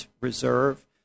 reserve